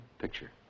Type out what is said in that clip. picture